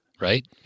Right